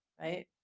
right